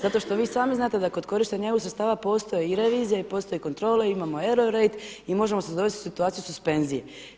Zato što vi sami znate da kod korištenja EU sredstava postoji i revizija, postoji i kontrola i imamo euroreit i možemo se dovesti u situaciju suspenzije.